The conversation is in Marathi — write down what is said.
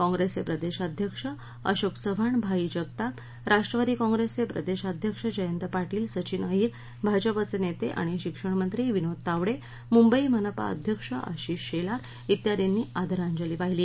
कॉंग्रस्वितिक्ताध्यक्ष अशोक चव्हाण भाई जगताप राष्ट्रवादी कॉंग्रस्वितिक्ताध्यक्ष जयंत पाटील सचिन अहिर भाजपाचत्तिक्ताणि शिक्षणमंत्री विनोद तावड मुंबई मनपा अध्यक्ष आशिष शक्तिर इत्यादींनी आदरांजली वाहिली